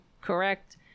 correct